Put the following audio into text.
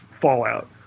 Fallout